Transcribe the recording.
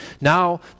now